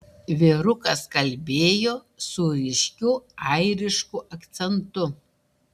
vyrukas kalbėjo su ryškiu airišku akcentu